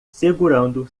segurando